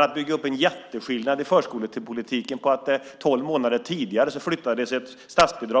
Att bygga upp en jätteskillnad i förskolepolitiken på att ett statsbidrag flyttades tolv månader tidigare